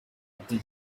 ati